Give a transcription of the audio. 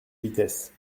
vitesse